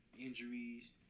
injuries